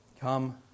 Come